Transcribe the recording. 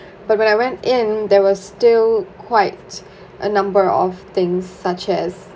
but when I went in there was still quite a number of things such as